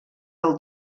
del